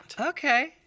Okay